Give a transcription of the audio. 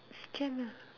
can